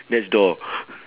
next door